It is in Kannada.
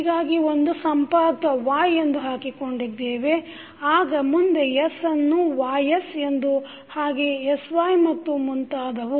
ಹೀಗಾಗಿ ಒಂದು ಸಂಪಾತ Y ಎಂದು ಹಾಕಿದ್ದೇವೆ ಆಗ ಮುಂದೆ s ನ್ನು Ys ಎಂದು ಹಾಗೆ sY ಮತ್ತು ಮುಂತಾದವು